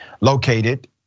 located